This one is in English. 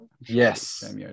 yes